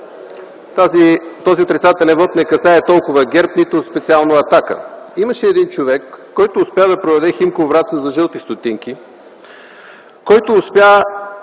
този отрицателен вот не касае толкова ГЕРБ, нито специално „Атака”. Имаше един човек, който успя да продаде „Химко” – Враца за жълти стотинки, който успя